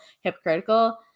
hypocritical